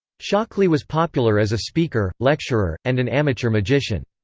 shockley was popular as a speaker, lecturer, and an amateur magician.